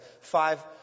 five